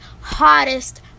hottest